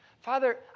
Father